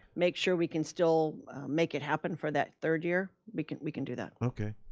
make sure we can still make it happen for that third year. we can we can do that. okay.